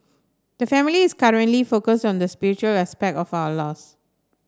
the family is currently focused on the spiritual aspect of our loss